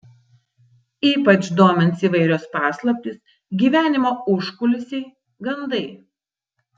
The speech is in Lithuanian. ypač domins įvairios paslaptys gyvenimo užkulisiai gandai